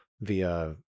via